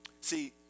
See